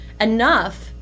enough